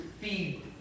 feed